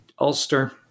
Ulster